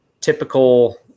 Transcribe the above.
typical